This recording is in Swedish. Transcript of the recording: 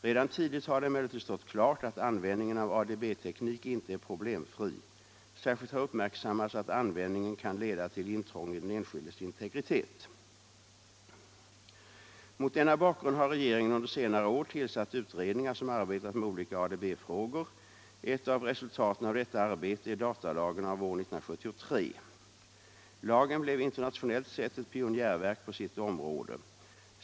Redan tidigt har det emellertid stått klart att användningen av ADB-teknik inte är problemfri. Särskilt har uppmärksammats att användningen kan leda till intrång i den enskildes integritet. Mot denna bakgrund har regeringen under senare år tillsatt utredningar som arbetat med olika ADB-frågor. Ett av resultaten av detta arbete är datalagen av år 1973. Lagen blev internationellt sett ett pionjärverk på sitt område.